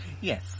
Yes